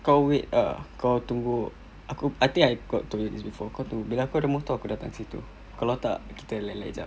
kau wait ah kau tunggu aku I think I got told you this before bila aku ada motor aku datang situ kalau tak kita lek lek jap